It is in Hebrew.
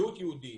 זהות יהודית.